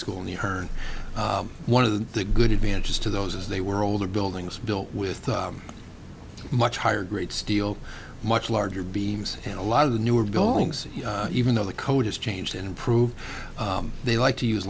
school and the hern one of the good advantages to those as they were older buildings built with much higher grade steel much larger beams and a lot of the newer gongs even though the code has changed and improved they like to use